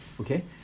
Okay